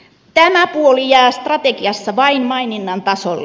tämä puoli jää strategiassa vain maininnan tasolle